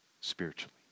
spiritually